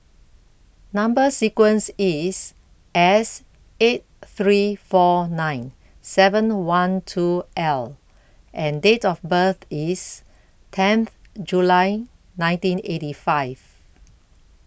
Number sequence IS S eight three four nine seven one two L and Date of birth IS tenth July nineteen eighty five